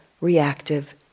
reactive